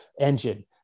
engine